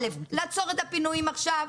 איך לעצור את הפינויים עכשיו,